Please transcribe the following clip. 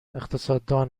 اقتصاددان